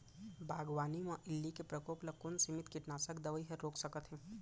बागवानी म इल्ली के प्रकोप ल कोन सीमित कीटनाशक दवई ह रोक सकथे?